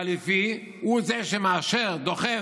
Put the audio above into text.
חליפי, הוא שמאשר, דוחף,